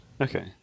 Okay